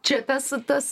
čia tas tas